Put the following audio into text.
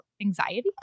anxiety